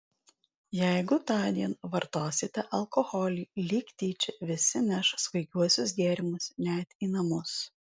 jeigu tądien vartosite alkoholį lyg tyčia visi neš svaigiuosius gėrimus net į namus